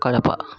Kadapa